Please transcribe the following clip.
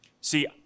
See